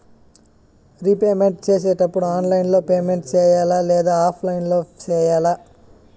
repayment సేసేటప్పుడు online లో payment సేయాలా లేదా ఆఫ్లైన్ లో సేయాలా